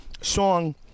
song